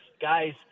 guys